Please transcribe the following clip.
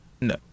No